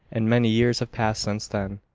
and many years have passed since then,